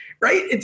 right